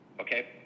Okay